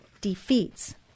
defeats